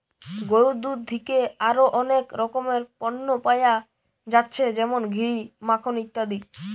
গরুর দুধ থিকে আরো অনেক রকমের পণ্য পায়া যাচ্ছে যেমন ঘি, মাখন ইত্যাদি